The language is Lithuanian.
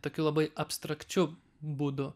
tokiu labai abstrakčiu būdu